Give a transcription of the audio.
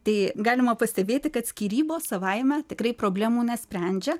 tai galima pastebėti kad skyrybos savaime tikrai problemų nesprendžia